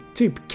typ